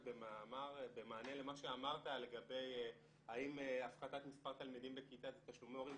רק במענה למה שאמרת האם הפחתת מספר תלמידים בכיתה זה תשלומי הורים,